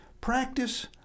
Practice